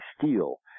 steel